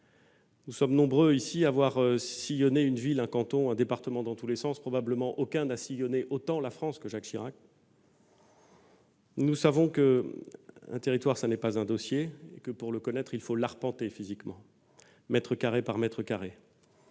nous sommes nombreux ici à avoir sillonné une ville, un canton, un département dans tous les sens, aucun d'entre nous, probablement, n'a sillonné la France autant que Jacques Chirac. Nous savons qu'un territoire, ce n'est pas un dossier ; que, pour le connaître, il faut l'arpenter physiquement, mètre carré par mètre carré.